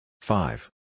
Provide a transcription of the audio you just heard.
Five